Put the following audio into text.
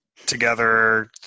together